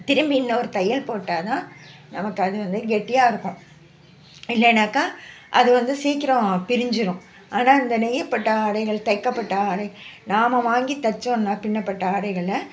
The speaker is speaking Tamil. திரும்பி இன்னொரு தையல் போட்டால் தான் நமக்கு அது வந்து கெட்டியாக இருக்கும் இல்லைனாக்கா அது வந்து சீக்கிரம் பிரிஞ்சிடும் ஆனால் இந்த நெய்யப்பட்ட ஆடைகள் தைக்கப்பட்ட ஆடை நாம் வாங்கி தைச்சோன்னா பின்னப்பட்ட ஆடைகளை